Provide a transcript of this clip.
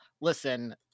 listen